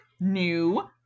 new